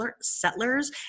settlers